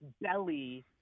belly